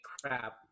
crap